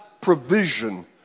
provision